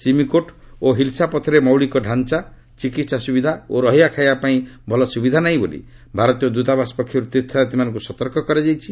ସିମିକୋର୍ଟ୍ ଓ ହିଲ୍ସା ପଥରେ ମୌଳିକ ଡାଞ୍ଚା ଚିକିତ୍ସା ସୁବିଧା ଓ ରହିବା ଖାଇବା ପାଇଁ ଭଲ ସୁବିଧା ନାହିଁ ବୋଲି ଭାରତୀୟ ଦୃତାବାସ ପକ୍ଷରୁ ତୀର୍ଥଯାତ୍ରୀମାନଙ୍କୁ ସତର୍କ କରାଯାଇଛି